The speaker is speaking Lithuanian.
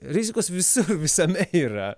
rizikos visi visame yra